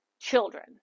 children